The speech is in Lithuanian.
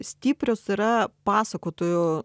stiprios yra pasakotojo